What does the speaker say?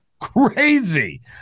crazy